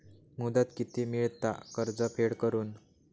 मुदत किती मेळता कर्ज फेड करून?